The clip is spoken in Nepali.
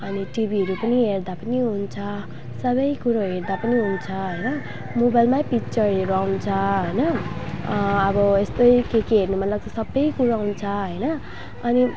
अनि टिभीहरू पनि हेर्दा पनि हुन्छ सबै कुरो हेर्दा पनि हुन्छ होइन मोबाइलमै पिक्चरहरू आउँछ होइन अब यस्तै के के हेर्न मनलाग्छ सबै कुरो आउँछ होइन अनि